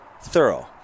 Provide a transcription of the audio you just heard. thorough